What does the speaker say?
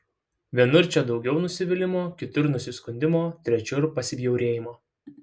vienur čia daugiau nusivylimo kitur nusiskundimo trečiur pasibjaurėjimo